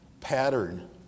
pattern